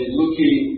looking